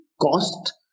cost